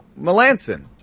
Melanson